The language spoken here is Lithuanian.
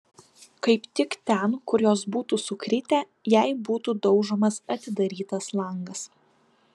kaip tik ten kur jos būtų sukritę jei būtų daužomas atidarytas langas